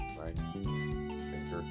right